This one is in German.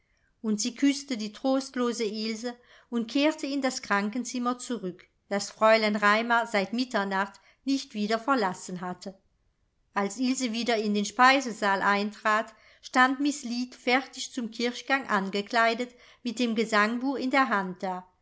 und sie küßte die trostlose ilse und kehrte in das krankenzimmer zurück das fräulein raimar seit mitternacht nicht wieder verlassen hatte als ilse wieder in den speisesaal eintrat stand miß lead fertig zum kirchgang angekleidet mit dem gesangbuch in der hand da